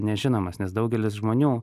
nežinomas nes daugelis žmonių